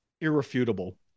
irrefutable